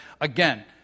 again